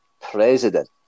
president